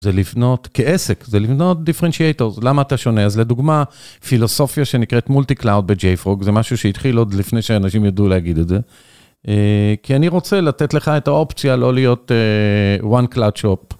זה לבנות כעסק, זה לבנות דיפרינציאטור, למה אתה שונה? אז לדוגמה, פילוסופיה שנקראת multi cloud בJFrog, זה משהו שהתחיל עוד לפני שהאנשים ידעו להגיד את זה. כי אני רוצה לתת לך את האופציה לא להיות one-cloud shop.